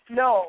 no